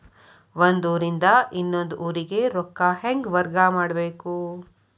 ಒಂದ್ ಊರಿಂದ ಇನ್ನೊಂದ ಊರಿಗೆ ರೊಕ್ಕಾ ಹೆಂಗ್ ವರ್ಗಾ ಮಾಡ್ಬೇಕು?